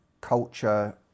culture